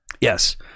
Yes